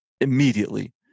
immediately